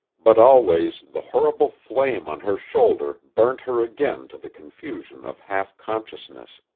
but always the horrible flame on her shoulder burnt her again to the confusion of half-consciousness.